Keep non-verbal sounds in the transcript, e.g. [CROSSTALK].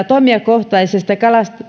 [UNINTELLIGIBLE] toimijakohtaista